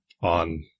on